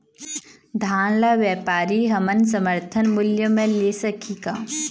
धान ला व्यापारी हमन समर्थन मूल्य म ले सकही का?